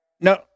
No